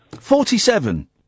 Forty-seven